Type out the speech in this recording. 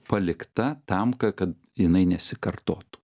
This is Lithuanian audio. palikta tam kad jinai nesikartotų